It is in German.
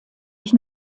ich